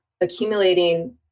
accumulating